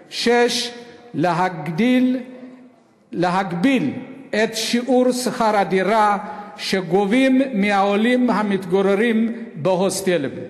6. להגביל את שיעור שכר הדירה שגובים מהעולים המתגוררים בהוסטלים.